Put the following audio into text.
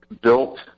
built